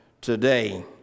today